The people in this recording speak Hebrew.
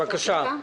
בבקשה.